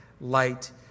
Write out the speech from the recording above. light